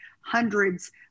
hundreds